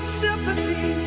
sympathy